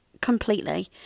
completely